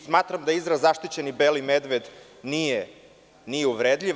Smatram da izraz „zaštićeni beli medved“ nije uvredljiv.